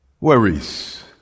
worries